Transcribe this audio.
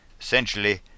Essentially